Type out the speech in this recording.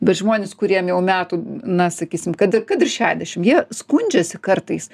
bet žmonės kuriem jau metų na sakysim kad i kad ir šešiasdešim jie skundžiasi kartais